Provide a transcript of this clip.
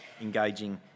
engaging